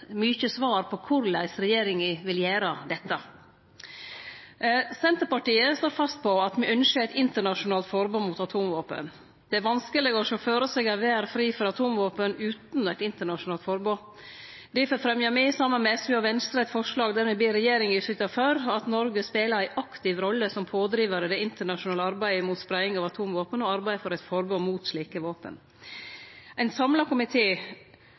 mykje svar på korleis regjeringa vil gjere dette. Senterpartiet står fast på at me ynskjer eit internasjonalt forbod mot atomvåpen. Det er vanskeleg å sjå føre seg ei verd fri for atomvåpen utan eit internasjonalt forbod. Difor fremjar me, saman med SV og Venstre, eit forslag der me ber regjeringa syte for at Noreg spelar ei aktiv rolle som pådrivar i det internasjonale arbeidet mot spreiing av atomvåpen, og arbeider for eit forbod mot slike våpen. Ein samla